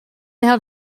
had